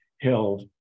held